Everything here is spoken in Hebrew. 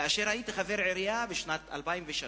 כאשר הייתי חבר עירייה בשנת 2003,